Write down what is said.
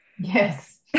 Yes